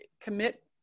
commit